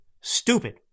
stupid